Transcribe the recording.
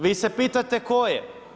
Vi se pitate koje?